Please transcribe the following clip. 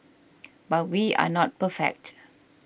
but we are not perfect